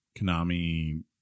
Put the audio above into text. konami